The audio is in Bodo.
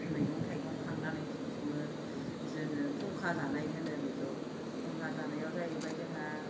मैगं थाइगं खांनानै सङो जोङो खुंखा जानाय होनो बिखौ खुंखा जानायाव जाहैबाय जोंहा